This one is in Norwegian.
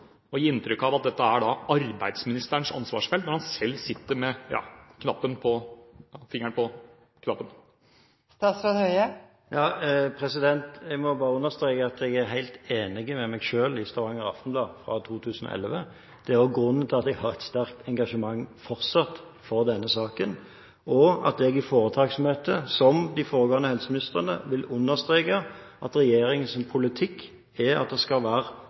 og gi inntrykk av at dette er arbeidsministerens ansvarsfelt når han selv sitter med fingeren på knappen? Jeg må bare understreke at jeg er helt enig med meg selv i Stavanger Aftenblad fra 2011. Det er grunnen til at jeg fortsatt har et sterkt engasjement for denne saken, og at jeg i foretaksmøtet vil understreke – som de foregående helseministrene – at regjeringens politikk er at det skal være